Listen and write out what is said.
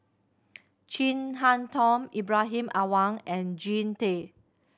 Chin Harn Tong Ibrahim Awang and Jean Tay